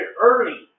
early